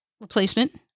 replacement